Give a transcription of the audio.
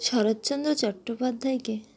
Saratchandra চট্টোপাধ্যায়কে